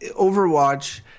Overwatch